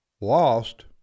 lost